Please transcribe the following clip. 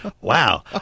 wow